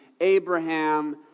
Abraham